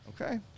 Okay